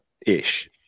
ish